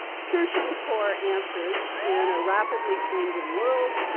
searching for answers in a rapidly changing world,